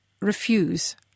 refuse